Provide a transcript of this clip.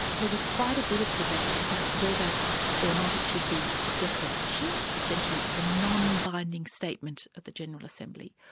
there was quite a bit of debate about whether or not it should be a declaration, essentially it's a non-binding statement of the general assembly,